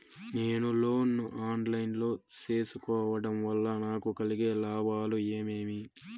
నేను లోను ను online లో సేసుకోవడం వల్ల నాకు కలిగే లాభాలు ఏమేమీ?